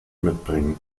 mitbringen